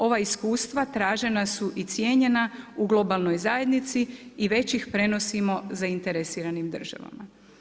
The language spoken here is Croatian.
Ova iskustva tražena su i cijenjena u globalnoj zajednici i već ih prenosimo zainteresiranim državama.